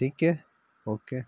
ठीक है ओके